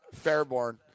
Fairborn